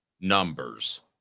Numbers